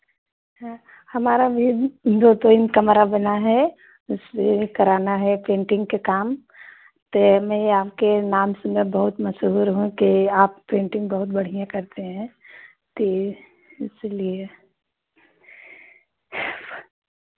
हँ हमारा ये भी जो प्लेन कमरा बना है उसमें कराना है पेन्टिंग के काम तो मैं आपके नाम से बहुत मशहूर हूँ की आप पेन्टिंग बहुत बढ़ियाँ करते हैं तो ये इसलिए